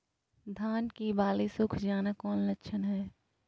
धान की बाली सुख जाना कौन लक्षण हैं?